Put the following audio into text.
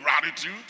gratitude